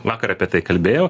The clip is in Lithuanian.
vakar apie tai kalbėjau